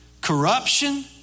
corruption